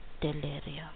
delirium